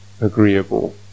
agreeable